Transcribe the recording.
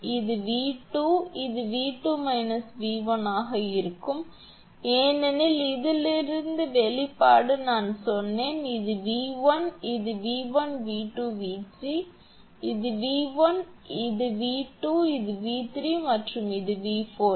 இது 𝑣2 இது 𝑉2 𝑉1 ஆக இருக்கும் ஏனெனில் இதிலிருந்து வெளிப்பாடு நான் சொன்னேன் இது வி 1 இது 𝑣1 𝑣2 𝑣3 இது 𝑉1 இந்த 𝑉2 இது 𝑉3 மற்றும் இது 𝑉4